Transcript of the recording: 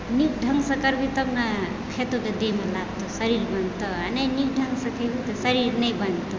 नीक ढङ्गसँ करबै तब ने खेतौ तऽ देहमे लागतौ शरीर बनतौ आओर नहि नीक ढङ्गसँ खैबो तऽ शरीर नहि बनतौ